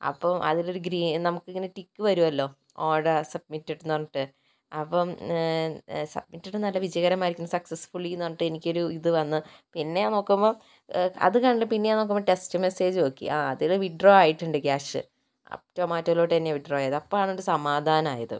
അപ്പോൾ അതിലൊരു ഗ്രീൻ നമുക്കിങ്ങനെ ടിക്ക് വരുമല്ലോ ഓർഡർ സബ്മിറ്റഡെന്നു പറഞ്ഞിട്ട് അപ്പോൾ സബ്മിറ്റെഡ് നല്ല വിജയകരമായിരിക്കുന്നു സക്സസ്ഫുള്ളി എന്ന് പറഞ്ഞിട്ട് എനിക്കൊരു ഇത് വന്നു പിന്നെ നോക്കുമ്പോൾ അത് കണ്ടാൽ പിന്നെ നോക്കുമ്പോൾ ടെക്സ്റ്റ് മെസ്സേജ് നോക്കി ആ അതിൽ വിഡ്രോ ആയിട്ടുണ്ട് ക്യാഷ് ടൊമാറ്റോയിലോട്ട് തന്നെയാ വിഡ്രോ ആയത് അപ്പോൾ ആണ് ഒരു സമാധാനമായത്